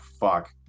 fuck